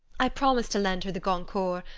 i promised to lend her the goncourt.